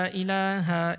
ilaha